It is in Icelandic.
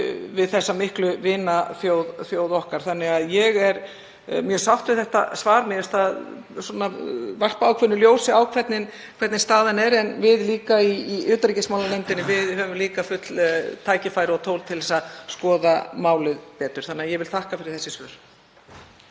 við þessa miklu vinaþjóð okkar. Þannig að ég er mjög sátt við þetta svar. Mér finnst það varpa ákveðnu ljósi á hver staðan er. En við í utanríkismálanefnd höfum líka full tækifæri og tól til að skoða málið betur. Þannig að ég þakka fyrir þessi svör.